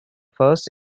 first